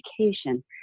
education